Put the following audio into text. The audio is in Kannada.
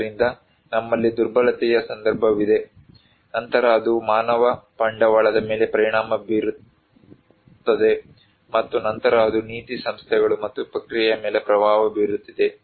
ಆದ್ದರಿಂದ ನಮ್ಮಲ್ಲಿ ದುರ್ಬಲತೆಯ ಸಂದರ್ಭವಿದೆ ನಂತರ ಅದು ಮಾನವ ಬಂಡವಾಳದ ಮೇಲೆ ಪರಿಣಾಮ ಬೀರುತ್ತದೆ ಮತ್ತು ನಂತರ ಅದು ನೀತಿ ಸಂಸ್ಥೆಗಳು ಮತ್ತು ಪ್ರಕ್ರಿಯೆಯ ಮೇಲೆ ಪ್ರಭಾವ ಬೀರುತ್ತಿದೆ